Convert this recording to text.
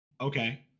Okay